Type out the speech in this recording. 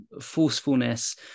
forcefulness